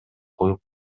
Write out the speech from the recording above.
коюп